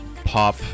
pop